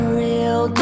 real